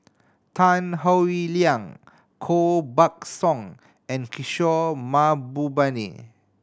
Tan Howe Liang Koh Buck Song and Kishore Mahbubani